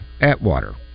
Atwater